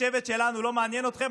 השבט שלנו לא מעניין אתכם,